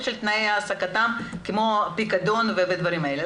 של תנאי ההעסקה כמו פיקדון ודברים כאלה.